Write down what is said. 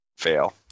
Fail